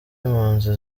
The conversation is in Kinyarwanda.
impunzi